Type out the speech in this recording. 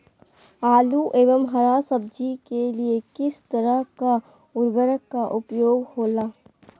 आलू एवं हरा सब्जी के लिए किस तरह का उर्वरक का उपयोग होला?